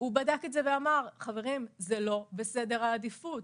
בדק את זה ואמר שזה לא בסדר העדיפות.